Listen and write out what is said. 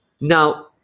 Now